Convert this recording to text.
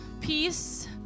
peace